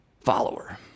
follower